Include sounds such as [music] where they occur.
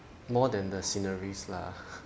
more than the sceneries lah [laughs]